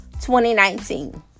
2019